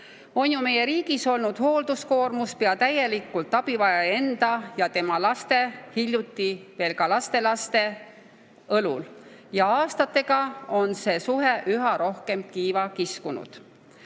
On ju meie riigis olnud hoolduskoormus pea täielikult abivajaja enda ja tema laste, hiljuti veel ka lastelaste õlul. Aastatega on see suhe üha rohkem kiiva kiskunud. Aastal